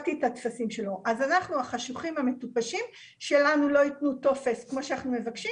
אז אנחנו החשוכים והמטופשים שלנו לא יתנו טופס כמו שאנחנו מבקשים